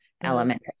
element